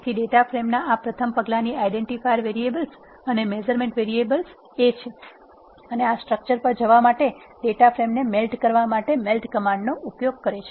તેથી ડેટા ફ્રેમના આ પ્રથમ પગલાની આઇડેન્ટિફાયર વેરિયેબલ્સ અને મેઝરમેન્ટ વેરીએબલ છે અને આ સ્ટ્રક્ચર પર જવા માટે ડેટા ફ્રેમ ને મેલ્ટ કરવા માટે મેલ્ટ કમાન્ડનો ઉપયોગ કરે છે